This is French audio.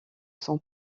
son